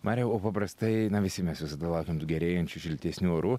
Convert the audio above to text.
mariau o paprastai visi mes visada laukiam tų gerėjančių šiltesnių orų